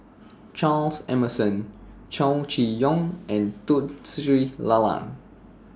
Charles Emmerson Chow Chee Yong and Tun Sri Lanang